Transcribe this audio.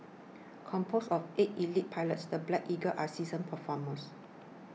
composed of eight elite pilots the Black Eagles are seasoned performers